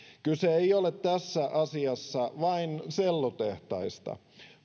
kyse ei ole tässä asiassa vain sellutehtaista